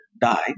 die